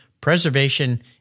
Preservation